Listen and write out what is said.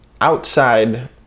outside